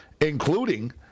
including